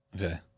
Okay